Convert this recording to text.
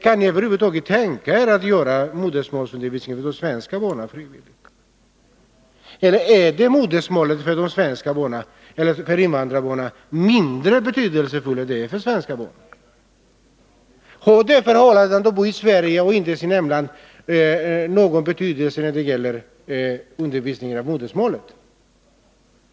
Kan ni tänka er att göra modersmålsundervisningen för svenska barn valfri? Eller är modersmålet mindre betydelsefullt för invandrarbarnen än det är för de svenska barnen? Har det förhållandet att de bor i Sverige och inte i sitt hemland någon betydelse när det gäller undervisningen i modersmålet?